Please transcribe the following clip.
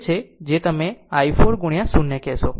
તેથી તે છે જેને તમે i 4 ગુણ્યા 0 કહેશો